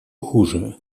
хуже